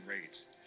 raids